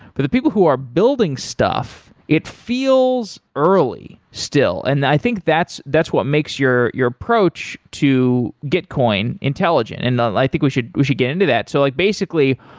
but the people who are building stuff, it feels early still. and i think that's that's what makes your your approach to gitcoin intelligent and and i think we should we should get into that. so like basically,